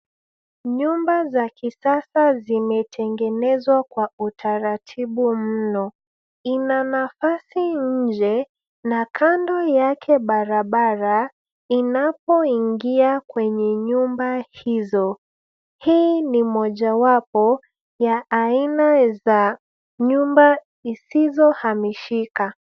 Nyumba za kisasa zimetengenezwa kwa utaratibu mno. Ina nafasi nje na kando yake barabara inapoingia kwenye nyumba hizo. Hii ni mojawapo ya aina za nyumba isizohamishika.